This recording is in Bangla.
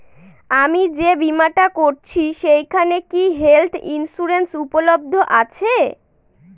আমি যে বীমাটা করছি সেইখানে কি হেল্থ ইন্সুরেন্স উপলব্ধ আছে?